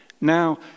Now